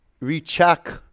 recheck